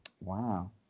Wow